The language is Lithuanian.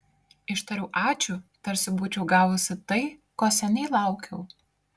ištariau ačiū tarsi būčiau gavusi tai ko seniai laukiau